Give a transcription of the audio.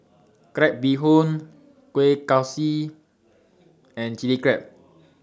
Crab Bee Hoon Kueh Kaswi and Chili Crab